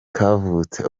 kavutse